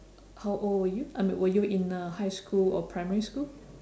how old were you I mean were you in uh high school or primary school